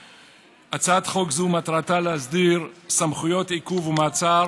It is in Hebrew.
מפשע, הייתם צריכים לעמוד כאן